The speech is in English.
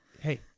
Hey